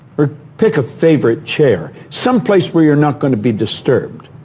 or pick a favorite chair, some place where you're not going to be disturbed,